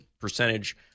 percentage